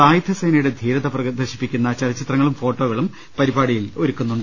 സായുധ സേനയുടെ ധീരത പ്രദർശിപ്പിക്കുന്ന ചലച്ചിത്രങ്ങളും ഫോട്ടോകളും പരിപാടിയിൽ പ്രദർശിപ്പിക്കുന്നുണ്ട്